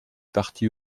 parti